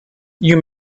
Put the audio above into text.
you